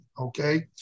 Okay